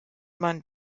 man